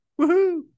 Woohoo